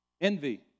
Envy